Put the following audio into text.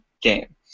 game